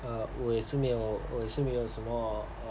err 我也是没有我也是没有什么